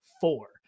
four